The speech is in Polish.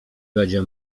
będzie